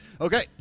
Okay